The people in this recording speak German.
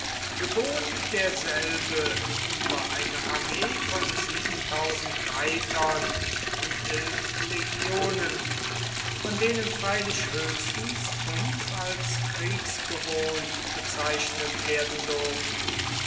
gebot derselbe über eine armee von reitern und elf legionen von denen freilich höchstens fünf als kriegsgewohnt bezeichnet werden durften